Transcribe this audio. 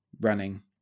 running